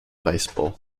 baseball